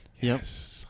Yes